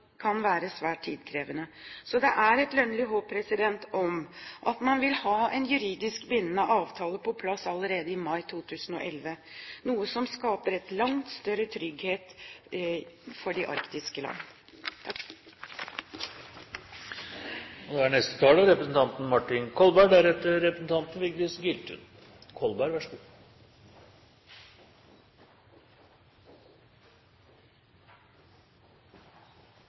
kan være svært tidkrevende. Så det er et lønnlig håp om at man vil ha en juridisk bindende avtale på plass allerede i mai 2011, noe som skaper en langt større trygghet for de arktiske land.